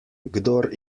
kdor